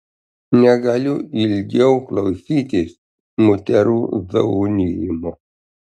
negaliu ilgiau klausytis moterų zaunijimo